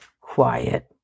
quiet